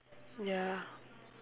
ya